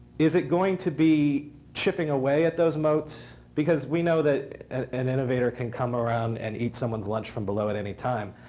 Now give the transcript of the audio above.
is it going to be chipping away at those moats? because we know that an innovator can come around and eat someone's lunch from below at any time.